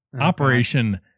Operation